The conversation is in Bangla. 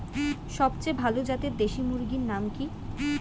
সবচেয়ে ভালো জাতের দেশি মুরগির নাম কি?